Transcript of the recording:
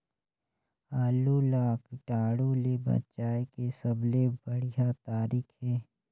आलू ला कीटाणु ले बचाय के सबले बढ़िया तारीक हे?